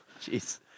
jeez